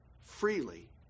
freely